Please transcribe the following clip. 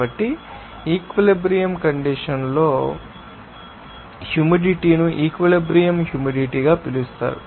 కాబట్టి equilibrium conditions లో ఆ కోణంలో హ్యూమిడిటీ ను ఈక్విలిబ్రియం హ్యూమిడిటీ గా పిలుస్తాము